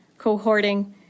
cohorting